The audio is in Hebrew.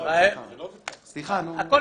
משרד הספורט